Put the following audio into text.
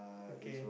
okay